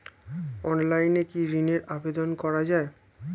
অনলাইনে কি ঋণের আবেদন করা যায়?